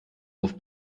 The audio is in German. auf